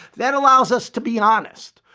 that allows us to be honest.